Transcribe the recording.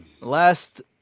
Last